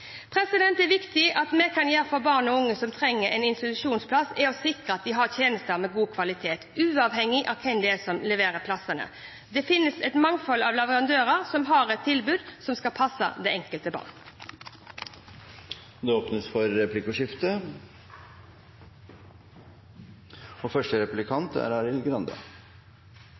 Det viktigste vi kan gjøre for barn og unge som trenger en institusjonsplass, er å sikre at vi har tjenester med god kvalitet, uavhengig av hvem det er som leverer plassene. Det finnes et mangfold av leverandører som har et tilbud som skal passe det enkelte barn. Det blir replikkordskifte. Statsråden sier i sitt innlegg at hun vil legge til rette for